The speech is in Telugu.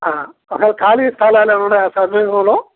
అసలు ఖాళీ స్థలాాలు ఏమన్నా ఉన్నాయా సమీపంలో